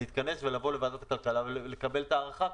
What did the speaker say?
להתכנס ולבוא לוועדת הכלכלה ולקבל את ההארכה.